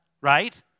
right